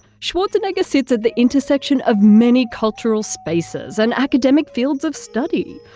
schwarzenegger sits at the intersection of many cultural spaces and academic fields of study.